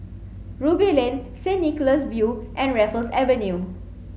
Ruby Lane Saint Nicholas View and Raffles Avenue